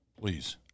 please